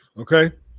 okay